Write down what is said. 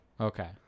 okay